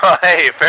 Hey